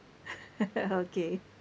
okay